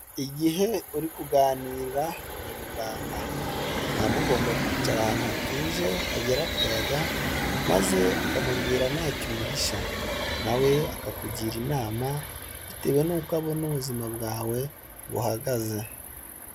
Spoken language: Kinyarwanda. Igihe uri kuganira na muganga muba mugomba kwicara ahantu hatuje hagera akayaga, maze ukamubwira ntacyo umuhisha nawe akakugira inama, bitewe n'uko abona ubuzima bwawe buhagaze.